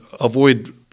avoid